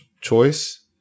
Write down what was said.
choice